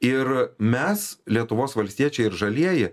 ir mes lietuvos valstiečiai ir žalieji